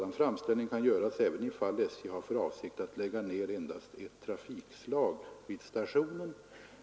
Sådan framställning kan göras även ifall SJ har för avsikt att lägga ned endast ett trafikslag vid stationen.